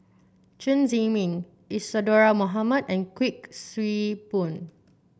Chen Zhiming Isadhora Mohamed and Kuik Swee Boon